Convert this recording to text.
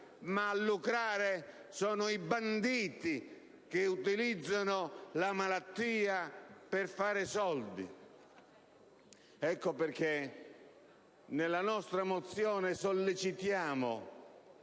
ma a lucrare sono i banditi che utilizzano la malattia per fare soldi. Ecco perché nella nostra mozione sollecitiamo